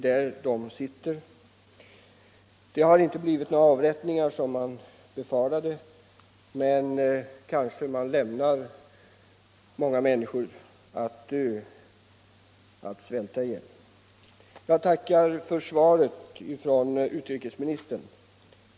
Det har inte, som man hade befarat, blivit några avrättningar, men kanske lämnas dessa kvinnor att svälta ihjäl. Jag tackar än en gång för svaret från utrikesministern.